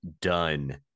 done